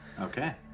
Okay